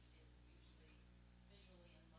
usually visually in